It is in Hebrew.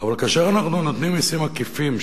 אבל כאשר אנחנו נותנים מסים עקיפים,